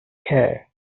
care